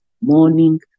morning